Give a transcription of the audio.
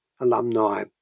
alumni